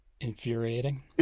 infuriating